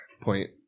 point